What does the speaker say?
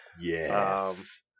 Yes